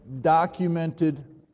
documented